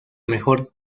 mejor